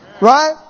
Right